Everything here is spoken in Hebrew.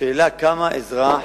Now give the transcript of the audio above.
השאלה, כמה אזרח,